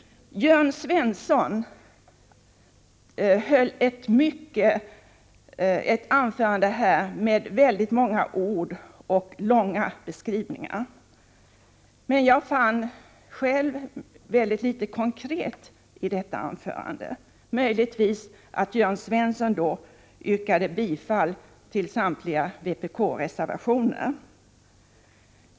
Jörn Svensson höll ett anförande med många ord och långa beskrivningar, men enligt min mening med mycket litet som var konkret, möjligtvis med undantag av att han yrkade bifall till samtliga vpk-reservationer.